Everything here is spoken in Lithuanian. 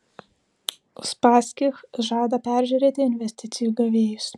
uspaskich žada peržiūrėti investicijų gavėjus